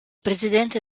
presidente